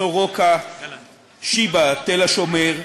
סורוקה, שיבא, "תל-השומר",